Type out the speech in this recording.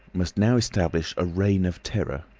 must now establish a reign of terror.